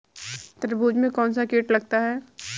तरबूज में कौनसा कीट लगता है?